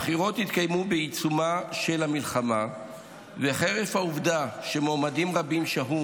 הבחירות התקיימו בעיצומה של המלחמה חרף העובדה שמועמדים רבים שהו